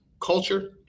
culture